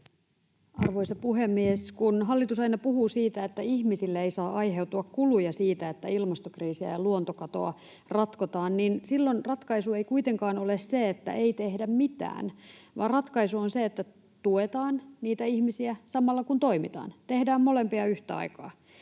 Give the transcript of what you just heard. Arvoisa puhemies! Kun hallitus aina puhuu siitä, että ihmisille ei saa aiheutua kuluja siitä, että ilmastokriisiä ja luontokatoa ratkotaan, niin silloin ratkaisu ei kuitenkaan ole se, että ei tehdä mitään, vaan ratkaisu on se, että tuetaan ihmisiä samalla, kun toimitaan — tehdään molempia yhtä aikaa.